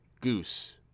goose